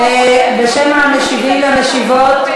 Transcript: זה לא שיש יותר אלימות.